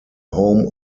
home